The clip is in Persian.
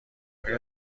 آیا